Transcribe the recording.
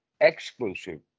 exclusive